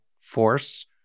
force